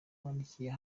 bandikiye